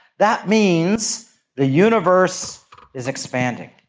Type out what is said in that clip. that means the universe is expanding.